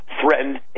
threatened